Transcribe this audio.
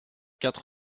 quatre